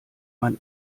man